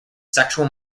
sexual